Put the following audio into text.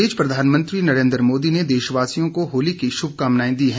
इस बीच प्रधानमंत्री नरेन्द्र मोदी ने देशवासियों को होली की शुभकामनायें दी हैं